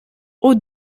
haut